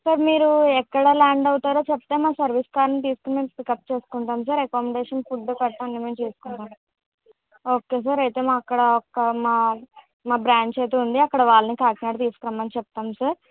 sir మీరు ఎక్కడ land అవుతారో చెప్తే మా సర్వీస్ కార్ తీసుకుని మిమ్మల్ని పిక్ అప్ చేసుకుంటాం సార్ అకామొడేషన్ ఫుడ్ తప్ప అన్నీ మేము చూసుకుంటాం సార్ ఓకే సార్ అయితే మా అక్కడ మాకు అక్కడ మా బ్రాంచ్ అయితే ఉంది అక్కడ వాళ్ళని కాకినాడ తీసుకుని రమ్మని చెప్తాను సార్